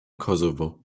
kosovo